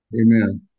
Amen